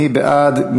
מי בעד?